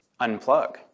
Unplug